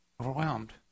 Overwhelmed